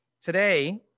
Today